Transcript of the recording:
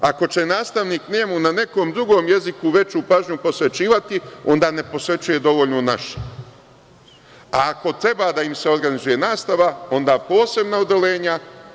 Ako će nastavnik njemu na nekom drugom jeziku veću pažnju posvećivati, onda ne posvećuje dovoljno našem, a ako treba da im se organizuje nastava, onda posebna odeljenja.